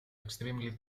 extremely